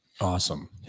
Awesome